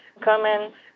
comments